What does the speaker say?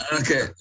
Okay